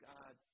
God